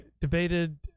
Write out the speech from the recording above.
debated